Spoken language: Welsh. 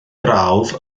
brawf